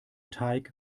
teig